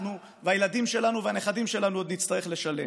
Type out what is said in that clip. והילדים שלנו והנכדים שלנו עוד נצטרך לשלם.